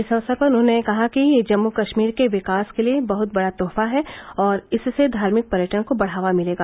इस अवसर पर उन्होंने कहा कि यह जम्मू कश्मीर के विकास के लिए बहुत बड़ा तोहफा है और इससे धार्मिक पर्यटन को बढ़ावा मिलेगा